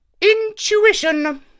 Intuition